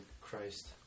Christ